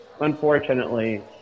unfortunately